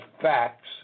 facts